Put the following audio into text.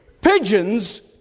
Pigeons